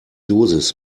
dosis